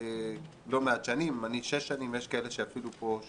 לא מעט שנים, אני שש שנים ויש כאלה בשולחן שיותר.